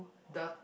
the